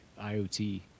IoT